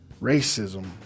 racism